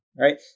right